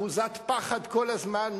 אחוזת פחד כל הזמן,